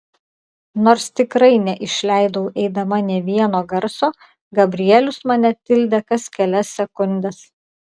nors tikrai neišleidau eidama nė vieno garso gabrielius mane tildė kas kelias sekundes